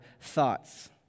thoughts